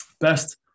Best